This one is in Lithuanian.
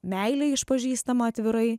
meilė išpažįstama atvirai